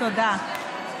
תודה.